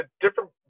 different